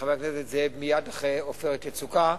חבר הכנסת זאב, מייד אחרי "עופרת יצוקה",